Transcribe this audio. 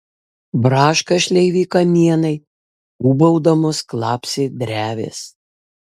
braška šleivi kamienai ūbaudamos klapsi drevės